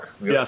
Yes